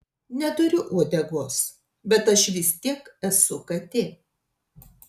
neturiu uodegos bet aš vis tiek esu katė